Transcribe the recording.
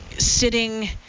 sitting